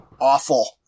awful